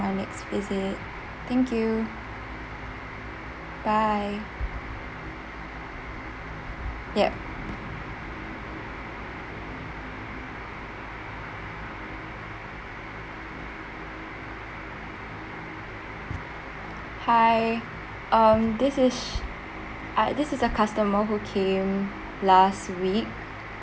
my next visit thank you bye yup hi um this is this is a customer who came last week